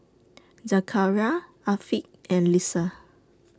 Zakaria Afiq and Lisa